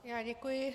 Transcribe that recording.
Já děkuji.